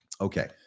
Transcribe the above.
Okay